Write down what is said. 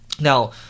now